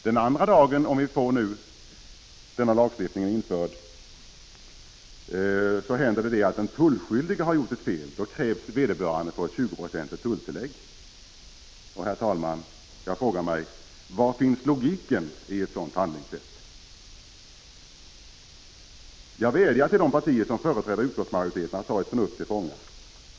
Den andra dagen, när den tullskyldige gjort fel, krävs vederbörande på ett 20-procentigt tulltillägg — om denna lagstiftning införs. Herr talman! Jag frågar mig: Var finns logiken i ett sådant handlingssätt? Jag vädjar till de partier som företräder utskottsmajoriteten att ta ert förnuft till fånga.